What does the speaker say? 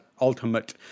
Ultimate